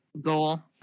goal